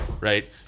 right